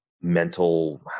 mental